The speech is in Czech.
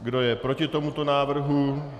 Kdo je proti tomuto návrhu?